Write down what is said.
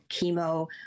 chemo